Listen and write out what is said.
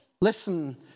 Listen